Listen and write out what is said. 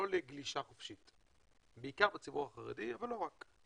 לא לגלישה חופשית, בעיקר בציבור החרדי אבל לא רע.